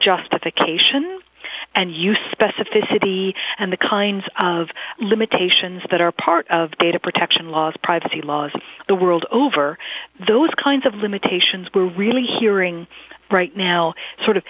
justification and you specificity and the kinds of limitations that are part of data protection laws privacy laws of the world over those kinds of limitations we're really hearing right now sort of